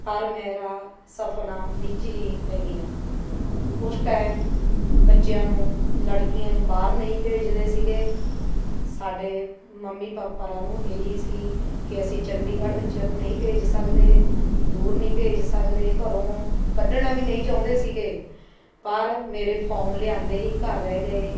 ਪਰ ਮੇਰਾ ਸੁਫਨਾ ਵਿੱਚ ਹੀ ਰਹਿ ਗਿਆ ਉਸ ਟਾਈਮ ਬੱਚਿਆਂ ਨੂੰ ਲੜਕੀਆਂ ਨੂੰ ਬਾਹਰ ਨਹੀਂ ਭੇਜਦੇ ਸੀਗੇ ਸਾਡੇ ਮੰਮੀ ਪਾਪਾ ਰਾਂ ਨੂੰ ਇਹ ਹੀ ਸੀ ਕਿ ਅਸੀਂ ਚੰਡੀਗੜ੍ਹ ਬੱਚਿਆਂ ਨੂੰ ਨਹੀਂ ਭੇਜ ਸਕਦੇ ਦੂਰ ਨਹੀਂ ਭੇਜ ਸਕਦੇ ਘਰੋਂ ਕੱਢਣਾ ਵੀ ਨਹੀਂ ਚਾਹੁੰਦੇ ਸੀਗੇ ਪਰ ਮੇਰੇ ਫੋਮ ਲਿਆਉਂਦੇ ਹੀ ਘਰ ਰਹਿ ਗਏ